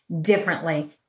differently